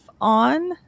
on